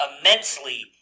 immensely